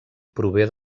prové